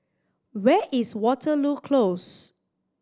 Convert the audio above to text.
where is Waterloo Close